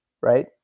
right